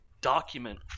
document